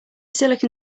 silicon